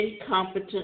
Incompetent